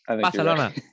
barcelona